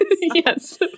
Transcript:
Yes